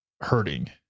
hurting